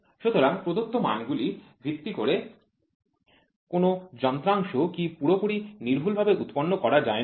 সুতরাং প্রদত্ত মানগুলি ভিত্তি করে কোন যন্ত্রাংশ কি পুরোপুরি সূক্ষ্মভাবে উৎপন্ন করা যায় না